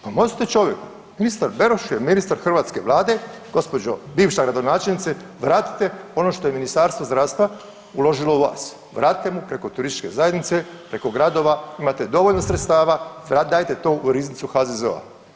Pomozite čovjeku, ministar Beroš je ministar hrvatske Vlade gospođo bivša gradonačelnice, vratite ono što je Ministarstvo zdravstva uložilo u vas, vratite mu preko turističke zajednice preko gradova, imate dovoljno sredstva dajte to u riznicu HZZO-a.